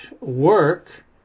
work